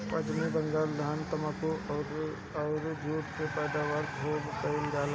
पश्चिम बंगाल धान, तम्बाकू, चाय अउरी जुट के पैदावार खूब कईल जाला